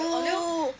oh